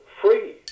free